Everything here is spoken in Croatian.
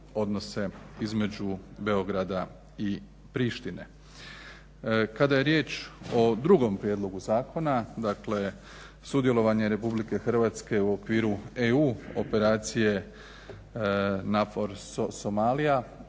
odnose između Beograda i Prištine. Kada je riječ o drugom prijedlogu zakona, dakle sudjelovanje RH u okviru EU operacije NAVFOR Somalija-Atalanta